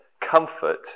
comfort